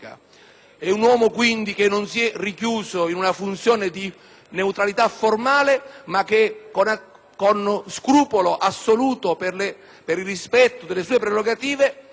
È un uomo, quindi, che non si è rinchiuso in una funzione di neutralità formale, ma che, con scrupolo assoluto per il rispetto delle sue prerogative,